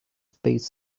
space